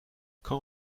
quand